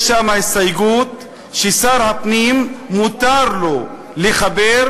יש הסתייגות, ששר הפנים, מותר לו לחבר,